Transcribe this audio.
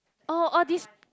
oh all these